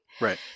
Right